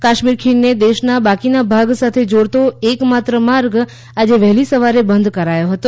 કાશ્મીર ખીણને દેશના બાકીના ભાગ સાથે જોડતો એક માત્ર માર્ગ આજે વહેલી સવારે બંધ કરાયો હતો